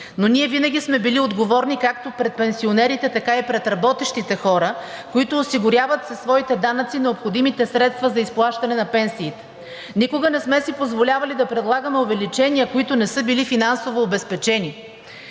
но ние винаги сме били отговорни както пред пенсионерите, така и пред работещите хора, които осигуряват със своите данъци необходимите средства за изплащане на пенсиите. Никога не сме си позволявали да предлагаме увеличения, които не са били финансово обезпечени.